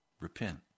repent